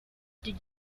did